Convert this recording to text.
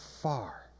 far